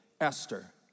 Esther